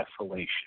desolation